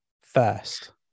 first